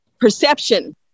perception